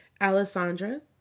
Alessandra